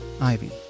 Ivy